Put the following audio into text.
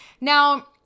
Now